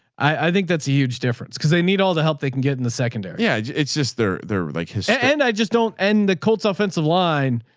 i think that's a huge difference. cause they need all the help they can get in the secondary. yeah. it's just they're they're like hispanic and i just don't end the colts offensive line.